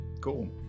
cool